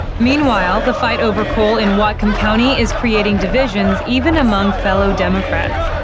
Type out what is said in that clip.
meanwhile, the fight over coal in whatcom county is creating divisions even among fellow democrats.